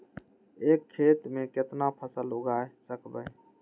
एक खेत मे केतना फसल उगाय सकबै?